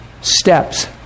steps